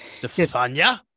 stefania